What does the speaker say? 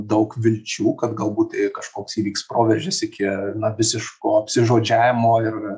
daug vilčių kad galbūt kažkoks įvyks proveržis iki visiško apsižodžiavimo ir